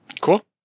Cool